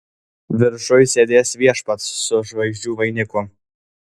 viršuj sėdės viešpats su žvaigždžių vainiku